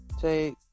Take